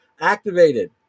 Activated